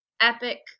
epic